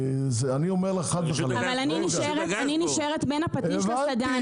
אני נשארת בין הפטיש לסדן.